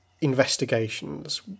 investigations